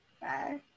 Bye